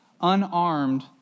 unarmed